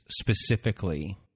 specifically